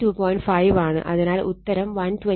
5 ആണ് അതിനാൽ ഉത്തരം 125 ആണ്